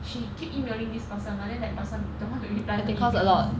she keep emailing this person but then that person don't want to reply her emails